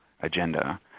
agenda